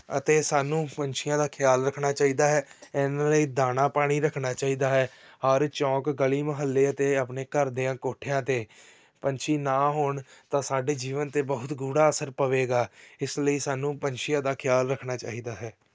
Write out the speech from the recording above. ਅਤੇ ਸਾਨੂੰ ਪੰਛੀਆਂ ਦਾ ਖਿਆਲ ਰੱਖਣਾ ਚਾਹੀਦਾ ਹੈ ਇਹਨਾਂ ਲਈ ਦਾਣਾ ਪਾਣੀ ਰੱਖਣਾ ਚਾਹੀਦਾ ਹੈ ਹਰ ਚੌਂਕ ਗਲੀ ਮੁਹੱਲੇ ਅਤੇ ਆਪਣੇ ਘਰ ਦਿਆਂ ਕੋਠਿਆਂ 'ਤੇ ਪੰਛੀ ਨਾ ਹੋਣ ਤਾਂ ਸਾਡੇ ਜੀਵਨ 'ਤੇ ਬਹੁਤ ਗੂੜਾ ਅਸਰ ਪਵੇਗਾ ਇਸ ਲਈ ਸਾਨੂੰ ਪੰਛੀਆਂ ਦਾ ਖਿਆਲ ਰੱਖਣਾ ਚਾਹੀਦਾ ਹੈ